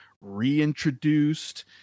reintroduced